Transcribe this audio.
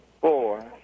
four